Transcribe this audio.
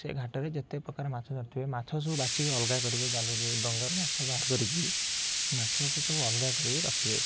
ସେ ଘାଟରେ ଯେତେପ୍ରକାର ମାଛ ଧରିଥିବେ ମାଛ ସବୁ ବାଛିକି ଅଲଗା କରିବେ ଜାଲରୁ ଡଙ୍ଗାରୁ ମାଛ ବାହାର କରିକି ମାଛକୁ ସବୁ ଅଲଗା କରିକି ରଖିବେ